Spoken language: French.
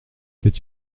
c’est